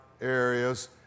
areas